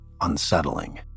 unsettling